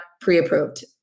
pre-approved